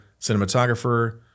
cinematographer